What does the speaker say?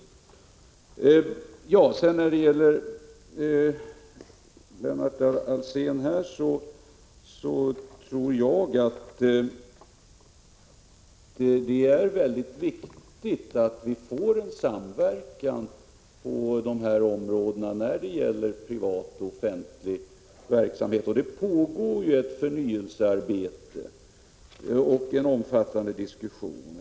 Till Lennart Alsén vill jag säga att jag tror det är väldigt viktigt att vi får en samverkan mellan privat och offentlig verksamhet på de här områdena. Det pågår ju också ett förnyelsearbete och en omfattande diskussion.